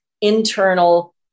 internal